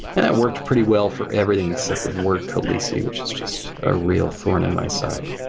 and that worked pretty well for everything, except that word khaleesi, which is just a real thorn in my side.